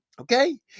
Okay